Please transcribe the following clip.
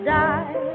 die